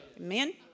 Amen